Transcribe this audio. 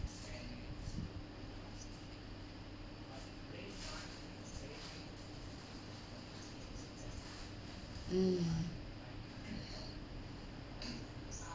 mm